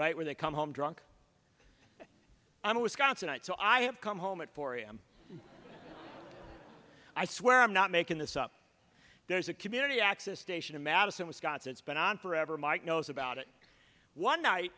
right when they come home drunk i'm wisconsinite so i have come home at four am i swear i'm not making this up there's a community access station in madison wisconsin it's been on forever mike knows about it one night